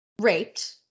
raped